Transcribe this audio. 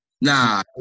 Nah